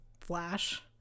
flash